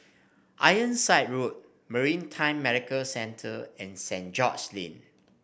Ironside Road Maritime Medical Centre and Saint George's Lane